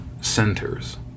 centers